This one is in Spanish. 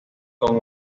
con